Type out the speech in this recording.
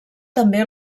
també